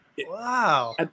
wow